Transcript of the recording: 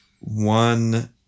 one